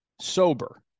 Sober